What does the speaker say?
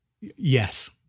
Yes